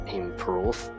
improve